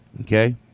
Okay